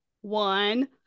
one